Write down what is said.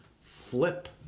flip